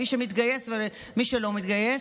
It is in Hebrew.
מי שמתגייס ומי שלא מתגייס,